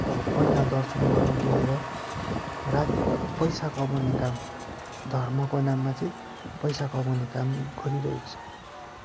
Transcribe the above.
अब पहिला दर्शन गर्नु दिएर रात अब पैसा कमाउने काम धर्मको नाममा चाहिँ पैसा कमाउने काम गरिरहेको छ